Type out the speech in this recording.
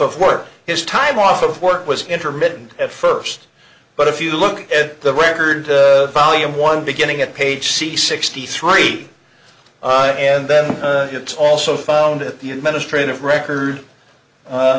of work his time off of work was intermittent at first but if you look at the record volume one beginning at page c sixty three and then it's also found at the administrative record